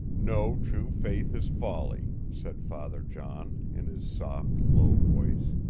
no true faith is folly, said father john, in his soft, low voice.